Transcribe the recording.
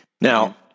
Now